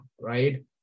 right